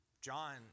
John